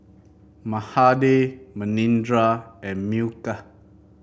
Mahade Manindra and Milkha